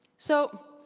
so,